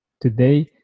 Today